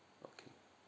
okay